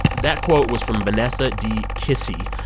that quote was from vanessa de kisee.